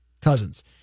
Cousins